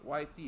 yt